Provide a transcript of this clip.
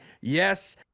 yes